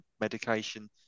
medication